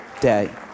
day